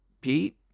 Pete